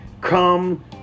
come